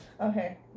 okay